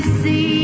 see